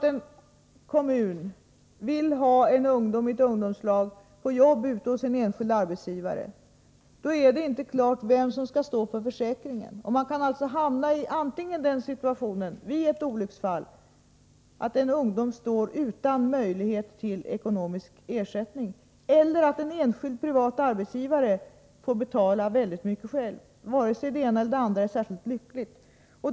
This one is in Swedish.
Om en kommun vill placera en ungdom från ett ungdomslag i jobb hos en enskild arbetsgivare, är det inte klart vem som skall stå för försäkringen. I händelse av olycksfall kan den situationen uppstå att en ungdom står utan möjlighet till ekonomisk ersättning. Det kan också vara så att en enskild privat arbetsgivare får betala väldigt mycket själv. Ingetdera är särskilt lyckligt.